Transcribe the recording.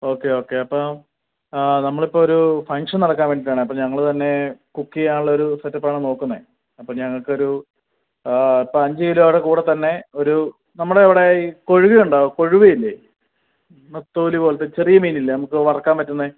okay okay അപ്പോൾ നമ്മളിപ്പോൾ ഒരു ഫംഗ്ഷൻ നടക്കാൻ വേണ്ടിട്ടാണ് അപ്പം ഞങ്ങൾ തന്നെ കുക്ക് ചെയ്യാൻ ഉള്ള ഒരു സെറ്റപ്പാണ് നോക്കുന്നത് അപ്പം ഞങ്ങൾക്കൊരു അപ്പം അഞ്ച് കിലോയുടെ കൂടെ തന്നെ ഒരു നമ്മുടെ അവിടെ ഈ കൊഴുവ ഉണ്ടോ കൊഴുവ ഇല്ലേ നെത്തോലി പോലത്തെ ചെറിയ മീനില്ലേ നമുക്ക് വറക്കാൻ പറ്റുന്നത്